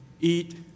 eat